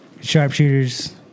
Sharpshooters